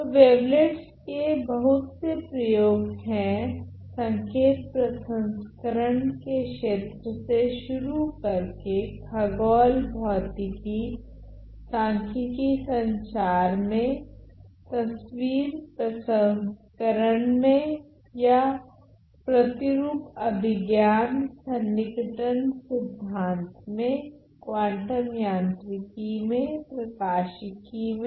तो वेवलेट्स के बहुत से प्रयोग है संकेत प्रसंस्करण के क्षेत्र से शुरू कर के खगोल भौतिकी सांख्यिकी संचार में तस्वीर प्रसंस्करण में या प्रतिरूप अभिज्ञान सन्निकटन सिद्धान्त में क्वांटम यान्त्रिकी में प्रकाशिकी में